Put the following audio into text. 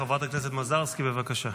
חברת הכנסת מזרסקי, בבקשה.